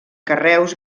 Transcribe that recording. carreus